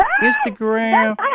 Instagram